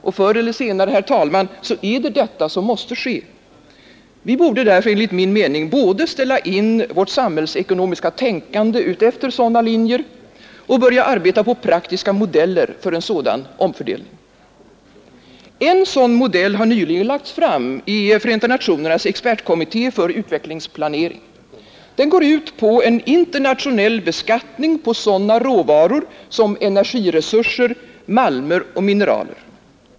Och förr eller senare, herr talman, är detta vad som måste ske. Vi borde därför enligt min mening både ställa in vårt samhällsekonomiska tänkande utefter sådana linjer och börja arbeta på praktiska modeller för en sådan omfördelning. En sådan modell har nyligen lagts fram i FN:s expertkommitté för utvecklingsplanering. Den går ut på en internationell beskattning på sådana råvaror som energiresurser, malmer och mineraler.